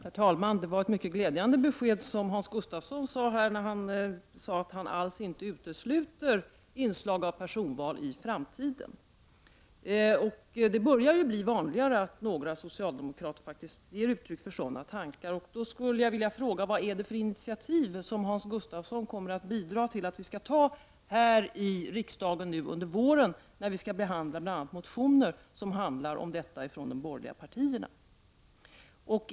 Herr talman! Det var ett mycket glädjande besked Hans Gustafsson gav när han sade att han alls inte utesluter inslag av personval i framtiden. Det börjar bli vanligare att socialdemokrater ger uttryck för sådana tankar. Jag skulle då vilja fråga: Vilka initiativ kommer Hans Gustafsson att medverka till att vi tar här i riksdagen nu under våren, när vi behandlar bl.a. motioner om detta från de borgerliga partierna?